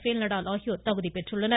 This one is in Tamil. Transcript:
பேல் நடால் ஆகியோர் தகுதி பெற்றுள்ளனர்